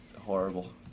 horrible